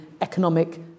economic